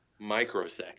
microseconds